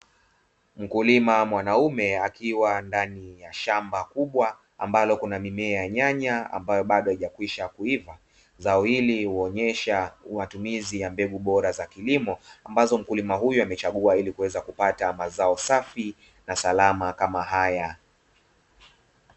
Mkulima mwanaume akiwa ndani ya shamba kubwa, ambalo kuna mimea ya nyanya ambayo bado haijakwisha kuiva. Zao hili huonyesha matumizi ya mbegu bora za kilimo, ambazo mkulima huyu amechagua ili kuweza kupata mazao safi na salama kama haya.